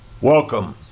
Welcome